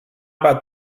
about